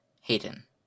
Hayden